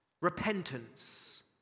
Repentance